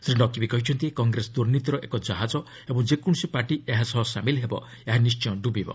ଶ୍ରୀ ନକ୍ବି କହିଛନ୍ତି କଂଗ୍ରେସ ଦୁର୍ନୀତିର ଏକ ଜାହାଜ ଏବଂ ଯେକୌଣସି ପାର୍ଟି ଏହା ସହ ସାମିଲ ହେବ ଏହା ନିଶ୍ଚୟ ଡୁବିବ